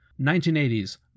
1980s